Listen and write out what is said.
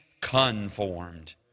conformed